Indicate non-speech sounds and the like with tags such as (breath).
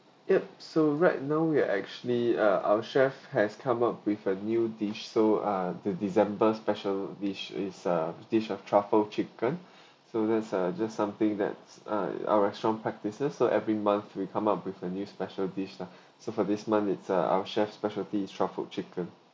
yup so right now we are actually uh our chef has come up with a new dish so ah the december special dish it's a dish of truffle chicken (breath) so that's uh just something that's uh our restaurant practices so every month we come up with a new special dish lah so for this month it's uh our chef's specialty is truffle chicken